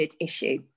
issue